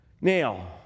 Now